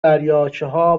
دریاچهها